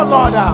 Lord